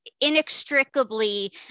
inextricably